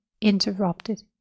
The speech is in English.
interrupted